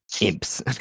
imps